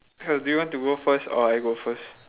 hello do you want to go first or I go first